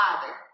Father